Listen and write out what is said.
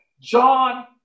John